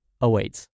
awaits